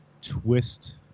twist